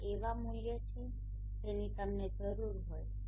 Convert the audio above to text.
આ એવા મૂલ્યો છે જેની તમને જરૂર હોય છે